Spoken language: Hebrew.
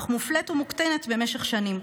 אך מופלית ומוקטנת במשך שנים,